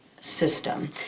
system